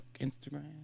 instagram